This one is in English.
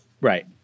Right